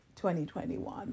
2021